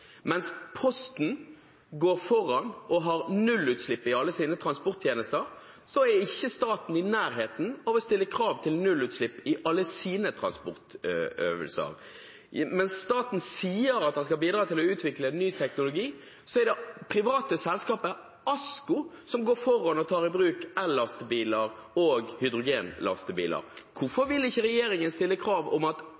Mens Posten går foran og har nullutslipp i alle sine transporttjenester, er ikke staten i nærheten av å stille krav til nullutslipp i alle sine transportøvelser. Mens staten sier at man skal bidra til å utvikle ny teknologi, er det private selskaper – Asko – som går foran og tar i bruk ellastebiler og hydrogenlastebiler. Hvorfor